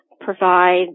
provide